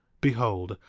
behold,